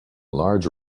large